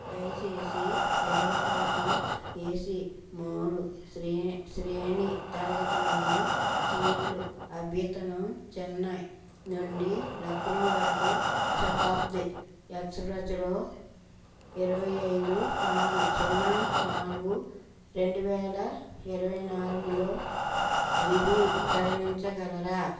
దయచేసి రైలు కోసం ఎసి మూడు శ్రేణి తరగతిలోని సీట్లు అభ్యతను చెన్నై నుండి లక్నో వరకు శతాబ్ది ఎక్స్ప్రస్లో ఇరవై ఐదు నాల్ సున్నా నాలుగు రెండువేల ఇరవై నాలుగులో ధృవీకరించగలరా